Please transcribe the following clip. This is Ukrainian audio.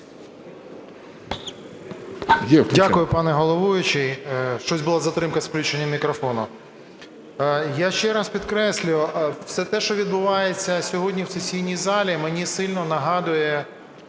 Дякую, пане головуючий. Щось була затримка із включенням мікрофона. Я ще раз підкреслюю, все те, що відбувається сьогодні в сесійній залі, мені сильно нагадує